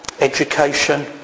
Education